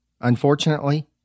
Unfortunately